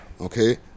Okay